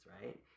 right